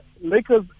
Lakers